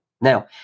Now